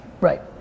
Right